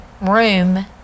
room